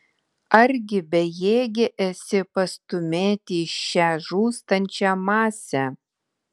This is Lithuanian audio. argi bejėgė esi pastūmėti šią žūstančią masę